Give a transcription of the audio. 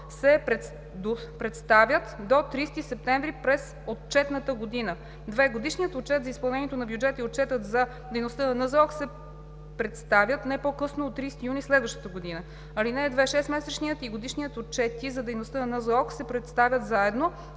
се представят до 30 септември през отчетната година. 2. Годишният отчет за изпълнение на бюджета и отчетът за дейността на НЗОК се представят не по-късно от 30 юни следващата година. (2) Шестмесечният и годишният отчети за дейността на НЗОК се представят заедно